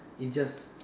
it's just